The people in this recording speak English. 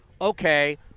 okay